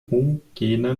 homogene